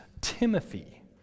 Timothy